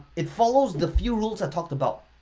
it follows the few rules i talked about,